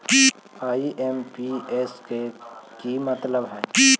IMPS के कि मतलब है?